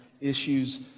issues